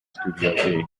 studio